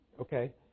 Okay